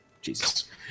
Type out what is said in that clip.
Jesus